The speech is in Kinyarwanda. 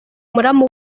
muramu